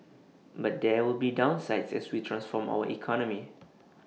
but there will be downsides as we transform our economy